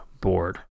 board